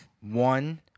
One